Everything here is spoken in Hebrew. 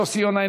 יוסי יונה,